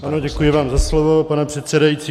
Ano, děkuji vám za slovo, pane předsedající.